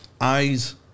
Eyes